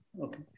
Okay